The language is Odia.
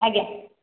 ଆଜ୍ଞା